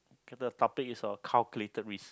the topic is on calculated risk